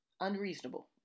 unreasonable